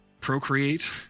procreate